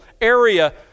area